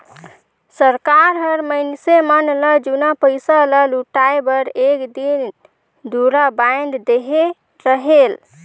सरकार हर मइनसे मन ल जुनहा पइसा ल लहुटाए बर एक दिन दुरा बांएध देहे रहेल